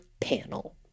panel